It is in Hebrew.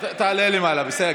תעלה למעלה, בסדר.